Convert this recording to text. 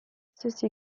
ceci